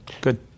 good